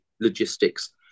logistics